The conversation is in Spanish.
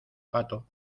pato